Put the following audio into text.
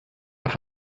nach